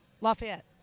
Lafayette